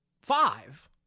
five